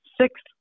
Six